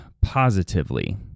positively